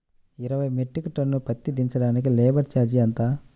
ఇరవై metric ton పత్తి దించటానికి లేబర్ ఛార్జీ ఎంత?